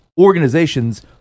organizations